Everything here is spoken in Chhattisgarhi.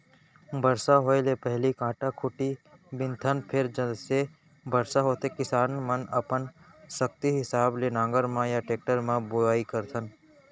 बरसा होए ले पहिली कांटा खूंटी बिनथन फेर जइसे बरसा होथे किसान मनअपन सक्ति हिसाब ले नांगर म या टेक्टर म बोआइ करथन